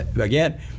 again